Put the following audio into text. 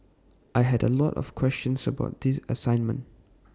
I had A lot of questions about the assignment